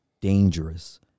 dangerous